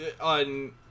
on